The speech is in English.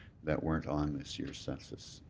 that weren't on this year's census.